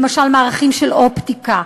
למשל מערכים של אופטיקה.